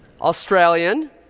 Australian